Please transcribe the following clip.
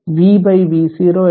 v v0 എടുത്ത് e t τ